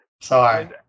Sorry